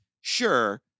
sure